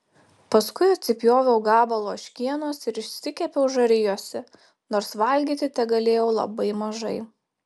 paskui atsipjoviau gabalą ožkienos ir išsikepiau žarijose nors valgyti tegalėjau labai mažai